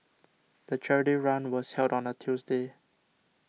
the charity run was held on a Tuesday